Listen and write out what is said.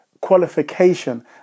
qualification